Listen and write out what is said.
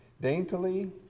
daintily